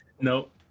Nope